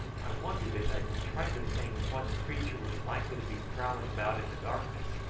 i wondered, as i tried to think what creature was likely to be prowling about in the darkness.